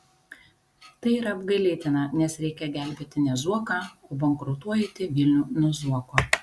tai yra apgailėtina nes reikia gelbėti ne zuoką o bankrutuojantį vilnių nuo zuoko